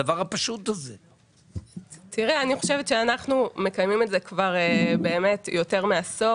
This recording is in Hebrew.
אני חושבת שאנחנו מקיימים את זה יותר מעשור.